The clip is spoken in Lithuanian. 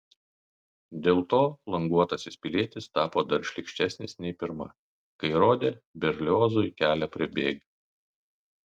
dėl to languotasis pilietis tapo dar šlykštesnis nei pirma kai rodė berliozui kelią prie bėgių